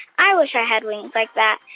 i wish i had wings like that.